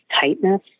tightness